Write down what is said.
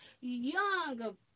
young